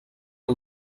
que